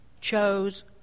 chose